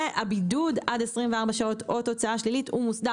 והבידוד עד 24 שעות או תוצאה שלילית הוא מוסדר